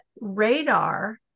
Radar